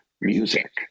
music